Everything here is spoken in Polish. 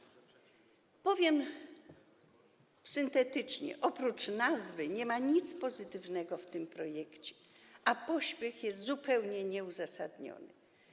Powiem syntetycznie - oprócz nazwy nie ma nic pozytywnego w tym projekcie, a pośpiech jest zupełnie nieuzasadniony.